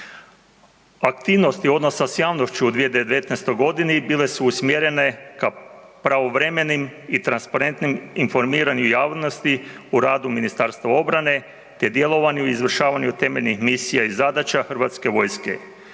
Aktivnosti odnosa s javnošću u 2019.-oj godini bile su usmjerene ka pravovremenim i transparentnim informiranju javnosti o radu Ministarstva obrane, te djelovanju i izvršavanju temeljnih misija i zadaća Hrvatske vojske,